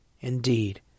Indeed